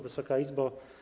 Wysoka Izbo!